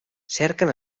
cerquen